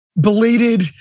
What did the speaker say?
belated